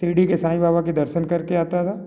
शिर्डी के साईं बाबा के दर्शन कर के आता था